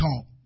talk